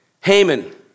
Haman